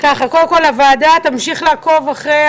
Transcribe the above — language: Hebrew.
יכולה להוסיף במספר משפטים,